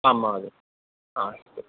आम् महोदय हा अस्तु